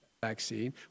vaccine